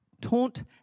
taunt